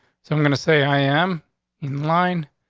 so i'm going to say i am in line.